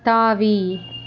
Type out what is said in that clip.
தாவி